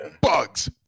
Bugs